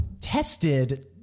tested